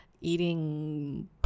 eating